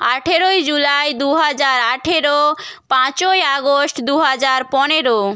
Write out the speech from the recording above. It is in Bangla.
আঠেরোই জুলাই দু হাজার আঠেরো পাঁচই আগস্ট দু হাজার পনেরো